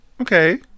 Okay